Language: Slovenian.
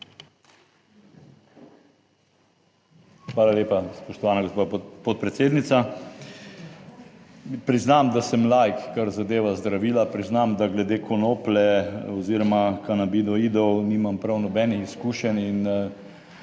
Hvala lepa, spoštovana gospa podpredsednica. Priznam, da sem laik, kar zadeva zdravila, priznam, da glede konoplje oziroma kanabinoidov nimam prav nobenih izkušenj in